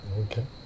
okay